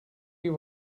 she